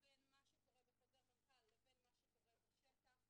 בין מה שקורה בחוזר מנכ"ל לבין מה שקורה בשטח,